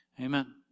Amen